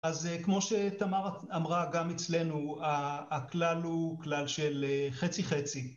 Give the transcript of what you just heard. אז כמו שתמר אמרה גם אצלנו, הכלל הוא כלל של חצי חצי.